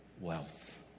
wealth